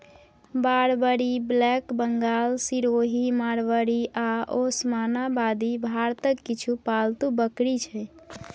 Barbari, black Bengal, Sirohi, Marwari आ ओसमानाबादी भारतक किछ पालतु बकरी छै